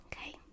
okay